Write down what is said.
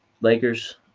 Lakers